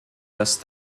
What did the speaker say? dass